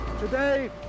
Today